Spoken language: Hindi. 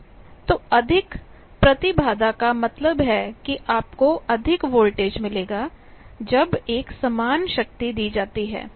V PZ तो अधिक प्रतिबाधा का मतलब है कि आपको अधिक वोल्टेज मिलेगा जब एक समान शक्ति दी जाती है